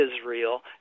Israel